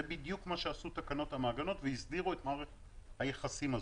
זה בדיוק מה שעשו תקנות המעגנות והסדירו את מערכת היחסים הזאת.